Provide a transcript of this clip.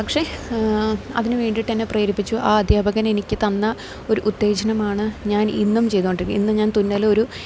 പക്ഷേ അതിന് വേണ്ടിട്ട് എന്നെ പ്രേരിപ്പിച്ചു ആ അദ്ധ്യാപകൻ എനിക്ക് തന്ന ഒരു ഉത്തേജനമാണ് ഞാൻ ഇന്നും ചെയ്തോണ്ടിരിക്കുന്നത് ഇന്ന് ഞാൻ തുന്നൽ ഒരു